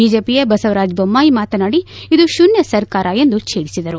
ಬಿಜೆಪಿಯ ಬಸವರಾಜ್ ಬೊಮ್ಹಾಯಿ ಮಾತನಾಡಿ ಇದು ಶೂನ್ಹ ಸರ್ಕಾರ ಎಂದು ಛೇಡಿಸಿದರು